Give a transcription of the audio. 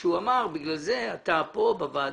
שהוא אמר לי שבגלל זה אני כאן בוועדה.